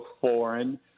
foreign